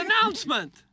announcement